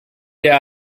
der